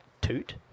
toot